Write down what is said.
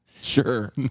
Sure